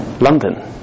London